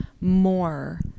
more